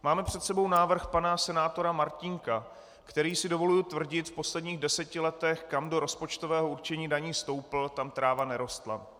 Máme před sebou návrh pana senátora Martínka, který, dovoluji si tvrdit, v posledních deseti letech, kam do rozpočtového určení daní stoupl, tam tráva nerostla.